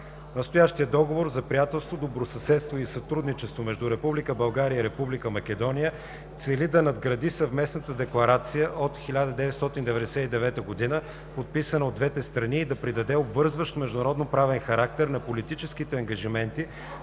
Настоящият Договор за приятелство, добросъседство и сътрудничество между Република България и Република Македония цели да надгради Съвместната декларация от 1999 г., подписана от двете страни, и да придаде обвързващ международноправен характер на политическите ангажименти,